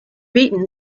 beaten